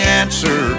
answer